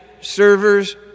servers